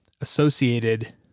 associated